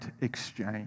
exchange